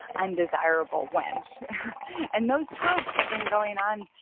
undesirable wench and those tropes have been going on